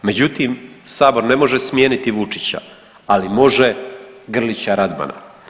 Međutim, Sabor ne može smijeniti Vučića, ali može Grlića Radmana.